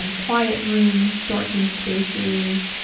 um quiet rooms, darkened spaces,